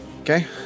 Okay